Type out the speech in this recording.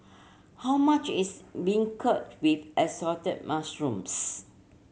how much is beancurd with Assorted Mushrooms